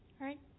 right